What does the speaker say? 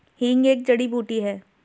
हींग एक जड़ी बूटी है